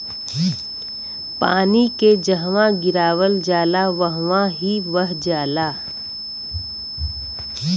पानी के जहवा गिरावल जाला वहवॉ ही बह जाला